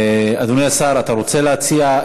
אדוני השר, אתה רוצה להציע?